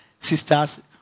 sister's